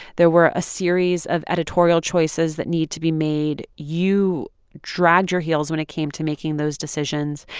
there were a series of editorial choices that need to be made. you dragged your heels when it came to making those decisions.